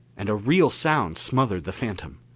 and a real sound smothered the phantom.